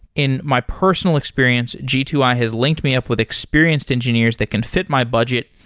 in my personal experience, g two i has linked me up with experienced engineers that can fit my budget,